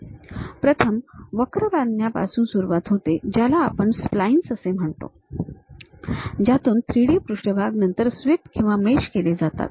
म्हणून प्रथम वक्र बांधण्यापासून सुरुवात होते ज्याला आपण स्प्लाइन्स म्हणतो ज्यातून 3D पृष्ठभाग नंतर स्वीप किंवा मेश केले जातात